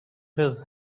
his